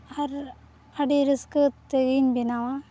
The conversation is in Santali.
ᱟᱨ ᱟᱹᱰᱤ ᱨᱟᱹᱥᱠᱟᱹ ᱛᱮᱜᱤᱧ ᱵᱮᱱᱟᱣᱟ